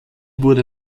wurde